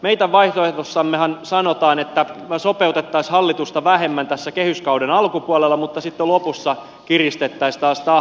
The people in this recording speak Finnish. meidän vaihtoehdossammehan sanotaan että me sopeuttaisimme hallitusta vähemmän tässä kehyskauden alkupuolella mutta sitten lopussa kiristettäisiin taas tahtia